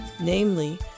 namely